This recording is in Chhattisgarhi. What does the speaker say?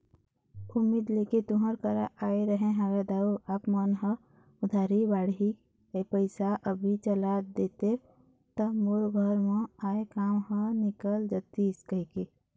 उम्मीद लेके तुँहर करा आय रहें हँव दाऊ आप मन ह उधारी बाड़ही पइसा अभी चला देतेव त मोर घर म आय काम ह निकल जतिस कहिके